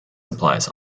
suppliers